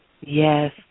Yes